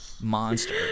monster